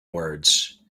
words